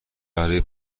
برای